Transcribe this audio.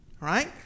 right